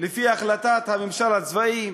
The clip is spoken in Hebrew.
לפי החלטת הממשל הצבאי,